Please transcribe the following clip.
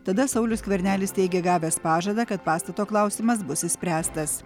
tada saulius skvernelis teigė gavęs pažadą kad pastato klausimas bus išspręstas